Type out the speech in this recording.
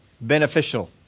beneficial